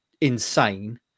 insane